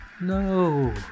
No